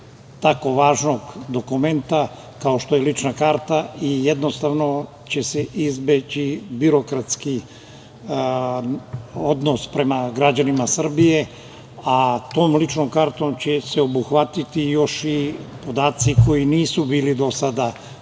tako važnog dokumenta, kao što je lična karta i jednostavno će se izbeći birokratski odnos prema građanima Srbije, a tom ličnom kartom će se obuhvatiti još i podaci koji nisu bili do sada